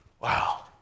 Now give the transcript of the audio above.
wow